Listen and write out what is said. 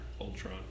Ultron